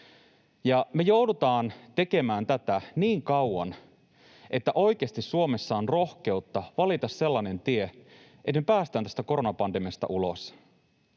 Me joudutaan tekemään tätä niin kauan, että oikeasti Suomessa on rohkeutta valita sellainen tie, että me päästään tästä koronapandemiasta ulos.